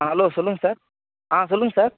ஆ hello சொல்லுங்கள் sir ஆ சொல்லுங்கள் சார்